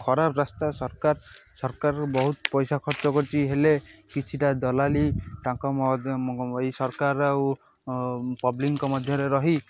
ଖରାପ ରାସ୍ତା ସରକାର ସରକାରର ବହୁତ ପଇସା ଖର୍ଚ୍ଚ କରିଛି ହେଲେ କିଛିଟା ଦଲାଲି ତାଙ୍କ ଏହି ସରକାର ଆଉ ପବ୍ଲିକ୍ଙ୍କ ମଧ୍ୟରେ ରହି